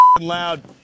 loud